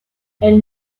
elle